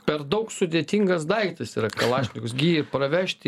per daug sudėtingas daiktas yra kalašnikas gi pravežti